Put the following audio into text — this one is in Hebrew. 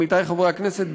עמיתי חברי הכנסת,